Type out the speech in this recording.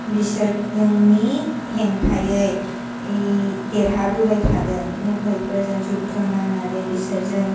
बिसोरनि हेंथायै देरहाबोबाय थादों मुगाल्सफोरजों जुद्ध नांनानै बिसोरजों